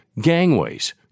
gangways